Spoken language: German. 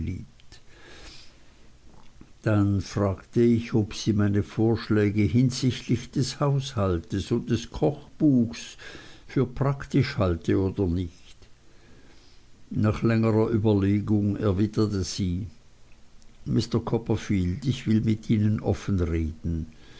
dann fragte ich ob sie meine vorschläge hinsichtlich des haushaltes und des kochbuchs für praktisch halte oder nicht nach längerer überlegung erwiderte sie mr copperfield ich will mit ihnen offen reden